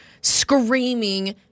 screaming